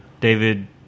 David